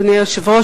אדוני היושב-ראש,